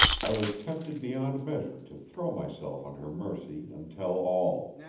i was tempted beyond measure to throw myself on her mercy and tell all.